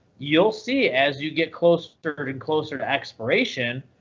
you'll see as you get closer and closer to expiration,